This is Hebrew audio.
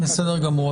בסדר גמור,